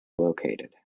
located